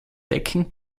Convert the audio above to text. decken